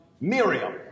miriam